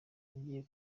nagiye